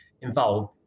involved